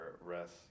rest